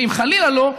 ואם חלילה לא,